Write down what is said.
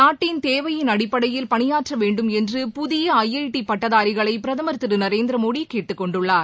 நாட்டின் தேவையின் அடிப்படையில் பனியாற்றவேண்டும் என்று புதிய ஐ ஐ டி பட்டதாரிகளைபிரதமர் திருநரேந்திரமோடிகேட்டுக்கொண்டுள்ளார்